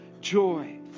joy